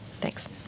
thanks